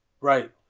Right